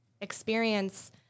experience